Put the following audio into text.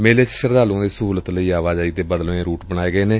ਮੇਲੇ ਚ ਸ਼ਰਧਾਲੂਆਂ ਦੀ ਸਹੂਲਤ ਲਈ ਆਵਾਜਾਈ ਦੇ ਬਦਲਵੇ ਰੂਟ ਬਣਾਏ ਗਏ ਨੇ